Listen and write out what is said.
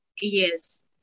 Yes